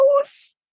house